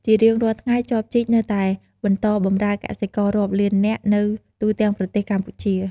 ជារៀងរាល់ថ្ងៃ ចបជីកនៅតែបន្តបម្រើកសិកររាប់លាននាក់នៅទូទាំងប្រទេសកម្ពុជា។